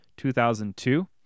2002